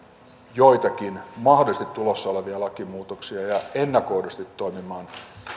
joitakin mahdollisesti tulossa olevia lakimuutoksia ja ennakoidusti toimimaan